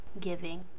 giving